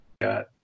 got